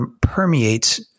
permeates